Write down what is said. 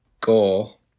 goal